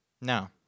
No